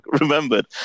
remembered